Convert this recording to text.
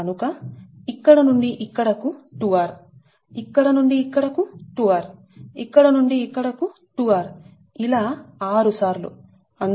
కనుక ఇక్కడ నుండి ఇక్కడకు 2r ఇక్కడ నుండి ఇక్కడకు 2r ఇక్కడ నుండి ఇక్కడకు 2r ఇలా 6 సార్లు అందుకే 2r6